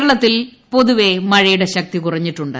കേരളത്തിൽ പൊതുവെ മഴയുടെ ശക്തി കുറഞ്ഞിട്ടുണ്ട്